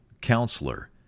Counselor